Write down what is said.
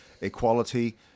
equality